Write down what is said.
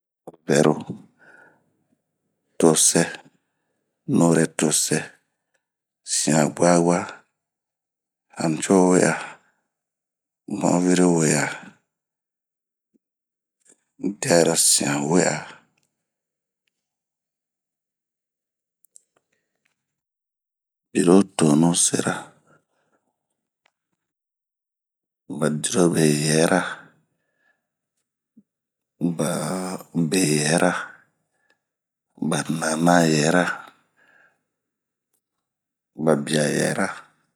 ŋɛro ,tosɛ, nuretosɛ,,sianbwabwa, hanucowea ,maŋiri wea ,dɛrosianwea birotunusɛra ,badiobeyra,, baaa, beyɛra, bananayɛra ,babiyayɛra